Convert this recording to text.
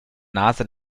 nase